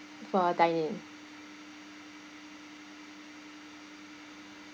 for dine in